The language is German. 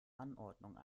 anordnungen